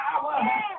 power